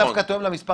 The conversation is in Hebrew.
זה דווקא טוב למס'